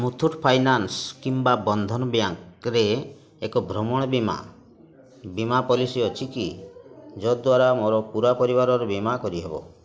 ମୁଥୁଟ୍ ଫାଇନାନ୍ସ୍ କିମ୍ବା ବନ୍ଧନ ବ୍ୟାଙ୍କ୍ରେ ଏକ ଭ୍ରମଣ ବୀମା ବୀମା ପଲିସି ଅଛି କି ଯଦ୍ଵାରା ମୋର ପୂରା ପରିବାରର ବୀମା କରିହେବ